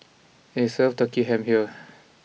and they serve Turkey Ham here